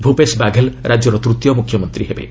ଭୂପେଶ ବାଘେଲ ରାକ୍ୟର ତୂତୀୟ ମୁଖ୍ୟମନ୍ତ୍ରୀ ହେବେ